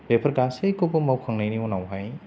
बेफोर गासैखौबो मावखांनायनि उनावहाय